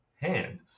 hand